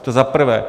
To za prvé.